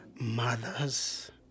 mothers